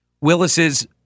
Willis's